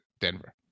Denver